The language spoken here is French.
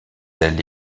ailes